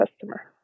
customer